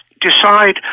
decide